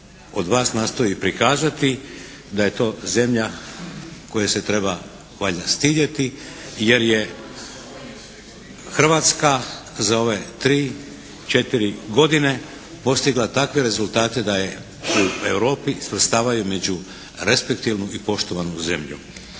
od vas nastoji prikazati, da je to zemlja koje se treba valjda stidjeti jer je Hrvatska za ove 3, 4 godine postigla takve rezultate da je u Europi svrstavaju među respektilnu i poštovanu zemlju.